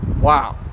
Wow